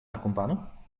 akompanu